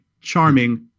charming